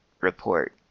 report